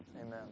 Amen